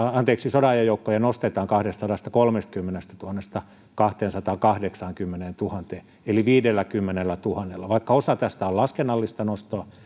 sodanajan joukkoja nostetaan kahdestasadastakolmestakymmenestätuhannesta kahteensataankahdeksaankymmeneentuhanteen eli viidelläkymmenellätuhannella vaikka osa tästä on laskennallista nostoa